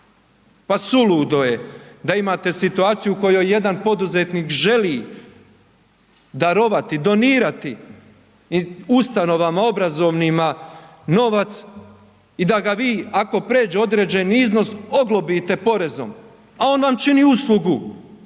Pa suludo je da imate situaciju u kojoj jedan poduzetnik želi darovati, donirati ustanovama obrazovnima novac i da ga vi, ako pređe određeni iznos, oglobite porezom. A on vam čini uslugu,